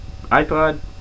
iPod